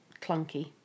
clunky